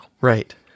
Right